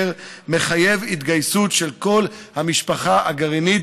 מחייב התגייסות של כל המשפחה הגרעינית,